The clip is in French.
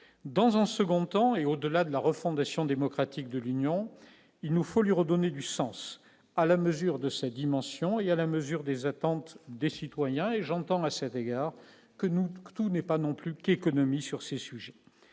dans un second temps, et au-delà de la refondation démocratique de l'Union, il nous faut lui redonner du sens à la mesure de sa dimension, il y a la mesure des attentes des citoyens et j'entends à cet égard que nous, tout n'est pas non plus petit économies sur ces sujets